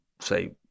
say